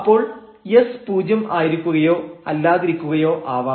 അപ്പോൾ s പൂജ്യം ആയിരിക്കുകയോ അല്ലാതിരിക്കുകയോ ആവാം